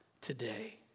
today